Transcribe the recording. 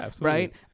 right